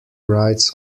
rights